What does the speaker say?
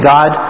God